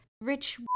rich